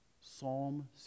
Psalm